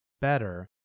better